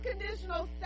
Unconditional